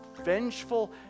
vengeful